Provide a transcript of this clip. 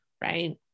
right